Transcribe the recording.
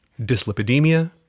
dyslipidemia